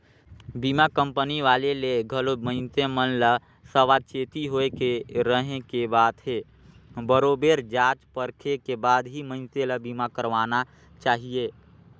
बीमा कंपनी वाले ले घलो मइनसे मन ल सावाचेती होय के रहें के बात हे बरोबेर जॉच परखे के बाद ही मइनसे ल बीमा करवाना चाहिये